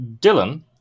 Dylan